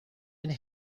and